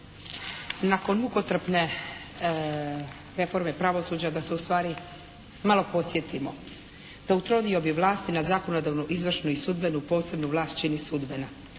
Nakon mukotrpne reforme pravosuđa da se malo podsjetimo, da u trodiobi vlasti na zakonodavnu, izvršnu i sudbenu posebnu vlast čini sudbena.